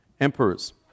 emperors